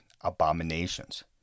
abominations